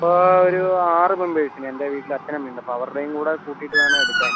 ഇപ്പം ഒരു ആറ് മെമ്പേഴ്സിന് എൻ്റെ വീട്ടിൽ അച്ഛനും അമ്മയും ഉണ്ട് അപ്പം അവരുടെയും കൂടെ കൂട്ടിയിട്ട് വേണം എടുക്കാൻ